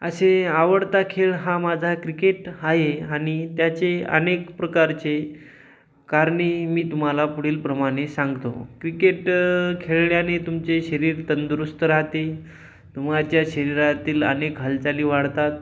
असे आवडता खेळ हा माझा क्रिकेट आहे आणि त्याचे अनेक प्रकारचे कारणे मी तुम्हाला पुढीलप्रमाणे सांगतो क्रिकेट खेळण्याने तुमचे शरीर तंदुरुस्त राहते तुमच्या शरीरातील अनेक हालचाली वाढतात